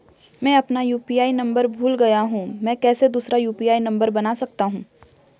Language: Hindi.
मैं अपना यु.पी.आई नम्बर भूल गया हूँ मैं कैसे दूसरा यु.पी.आई नम्बर बना सकता हूँ?